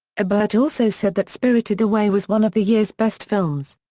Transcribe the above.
ebert also said that spirited away was one of the year's best films.